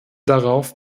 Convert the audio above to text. darauf